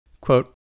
Quote